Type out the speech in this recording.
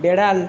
বেড়াল